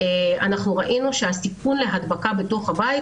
ראינו שהסיכון להדבקה בתוך הבית,